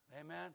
Amen